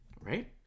right